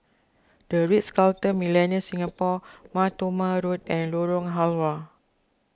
the Ritz Carlton Millenia Singapore Mar Thoma Road and Lorong Halwa